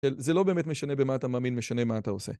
זה לא באמת משנה במה אתה מאמין, משנה מה אתה עושה.